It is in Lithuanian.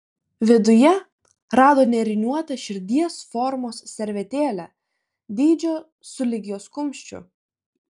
viduje rado nėriniuotą širdies formos servetėlę dydžio sulig jos kumščiu